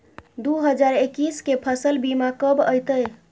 दु हजार एक्कीस के फसल बीमा कब अयतै?